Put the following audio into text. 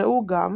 ראו גם